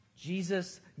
Jesus